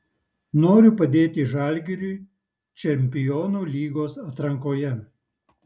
noriu padėti žalgiriui čempionų lygos atrankoje